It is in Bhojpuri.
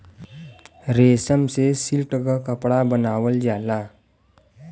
रेशम से सिल्क के कपड़ा बनावल जाला